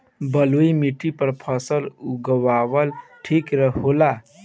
बलुई माटी पर फसल उगावल ठीक होला?